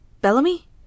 Bellamy